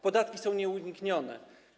Podatki są nieuniknione.